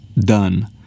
Done